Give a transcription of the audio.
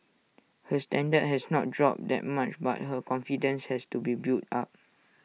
her standard has not dropped that much but her confidence has to be built up